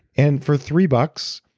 and for three bucks,